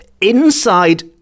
inside